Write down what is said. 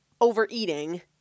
overeating